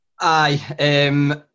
Aye